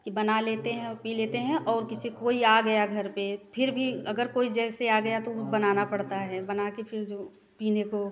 कि बना लेते हैं और पी लेते हैं और किसी कोई आ गया घर पर फिर भी अगर कोई जैसे आ गया तो वह बनाना पड़ता है बना कर फिर जो पीने को